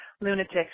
lunatics